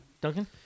Duncan